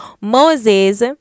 moses